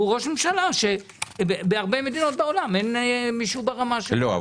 הוא ראש ממשלה שבהרבה מדינות בעולם אין מישהו ברמה שלו.